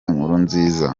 nkurunziza